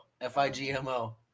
F-I-G-M-O